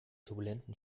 turbulenten